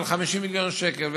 של 50 מיליון שקל.